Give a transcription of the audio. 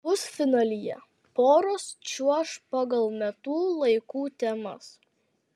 pusfinalyje poros čiuoš pagal metų laikų temas